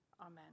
Amen